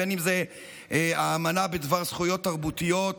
בין אם זאת האמנה בדבר זכויות תרבותיות,